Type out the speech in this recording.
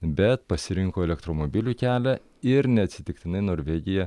bet pasirinko elektromobilių kelią ir neatsitiktinai norvegija